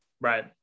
Right